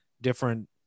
different